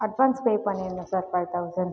advance pay பண்ணிருந்தேன் sir five thousand